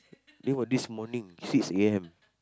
eh what this morning six a_m